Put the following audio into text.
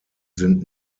sind